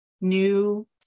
new